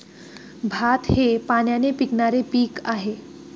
भात हे पाण्याने पिकणारे पीक आहे